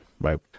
right